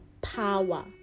power